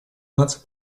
наций